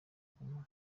guma